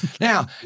Now